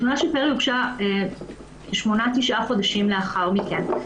התלונה של פרי הוגשה שמונה, תשעה חודשים לאחר מכן.